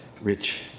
rich